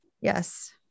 Yes